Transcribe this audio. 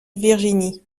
virginie